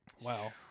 Wow